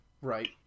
Right